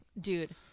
Dude